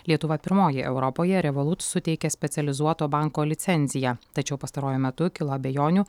lietuva pirmoji europoje revolut suteikė specializuoto banko licenciją tačiau pastaruoju metu kilo abejonių